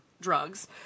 drugs